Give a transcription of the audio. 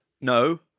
No